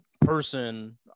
person